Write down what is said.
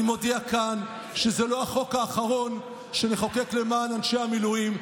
אני מודיע כאן שזה לא החוק האחרון שנחוקק למען אנשי המילואים,